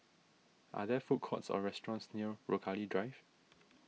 are there food courts or restaurants near Rochalie Drive